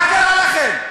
מה קרה לכם?